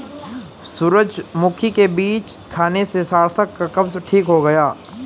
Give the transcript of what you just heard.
सूरजमुखी के बीज खाने से सार्थक का कब्ज ठीक हो गया